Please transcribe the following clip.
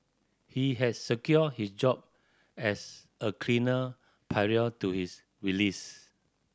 he has secured his job as a cleaner prior to his release